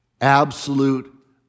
Absolute